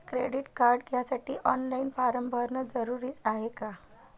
Credit card घ्यासाठी online form भरन जरुरीच हाय का?